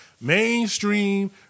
mainstream